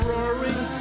Roaring